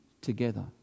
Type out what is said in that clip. together